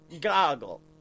Goggle